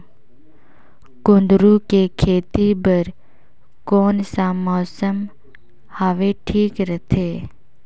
कुंदूरु के खेती बर कौन सा मौसम हवे ठीक रथे?